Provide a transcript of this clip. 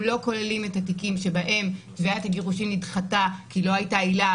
הם לא כוללים את התיקים שבהם תביעת הגירושין נדחתה כי לא הייתה עילה,